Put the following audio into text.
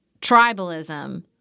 tribalism